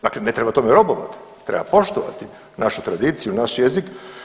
Dakle, ne treba tome robovati, treba poštovati našu tradiciju, naš jezik.